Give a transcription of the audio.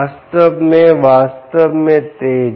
वास्तव में वास्तव में तेज